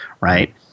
right